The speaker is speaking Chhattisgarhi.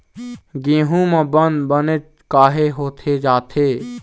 गेहूं म बंद बनेच काहे होथे जाथे?